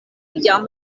jam